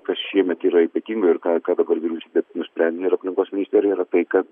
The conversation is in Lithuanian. kas šiemet yra ypatingo ir ką ką dabar vyriausybė nusprendė ir aplinkos ministerija yra tai kad